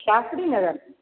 Shastri Nagar